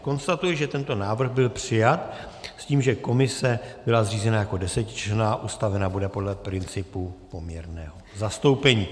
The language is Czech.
Konstatuji, že tento návrh byl přijat, s tím, že komise byla zřízena jako 10členná, ustavena bude podle principu poměrného zastoupení.